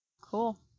Cool